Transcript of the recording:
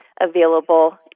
available